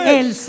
el